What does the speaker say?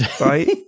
right